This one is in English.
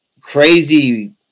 crazy